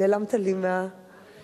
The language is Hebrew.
נעלמת לי מהזווית.